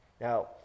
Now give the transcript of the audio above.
Now